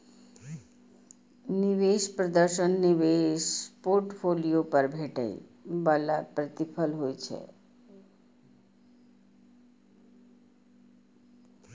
निवेश प्रदर्शन निवेश पोर्टफोलियो पर भेटै बला प्रतिफल होइ छै